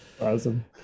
Awesome